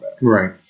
right